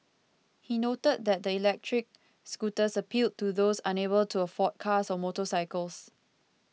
he noted that the electric scooters appealed to those unable to afford cars or motorcycles